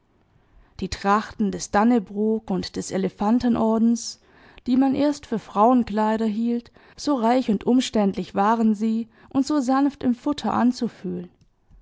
die trachten des dannebrog und des elefantenordens die man erst für frauenkleider hielt so reich und umständlich waren sie und so sanft im futter anzufühlen